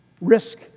Risk